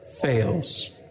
fails